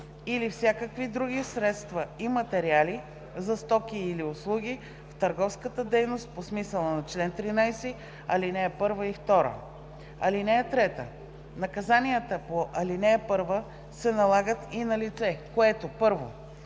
или всякакви други средства и материали, за стоки или услуги в търговската дейност по смисъла на чл. 13, ал. 1 и 2. (3) Наказанията по ал. 1 се налагат и на лице, което: 1.